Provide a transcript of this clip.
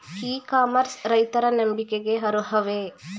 E commerce ರೈತರ ನಂಬಿಕೆಗೆ ಅರ್ಹವೇ?